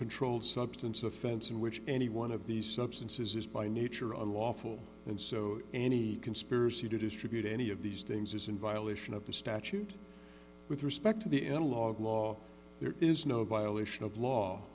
controlled substance offense in which any one of these substances is by nature unlawful and so any conspiracy to distribute any of these things is in violation of the statute with respect to the analog law there is no violation of law